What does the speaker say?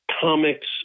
comics